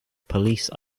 police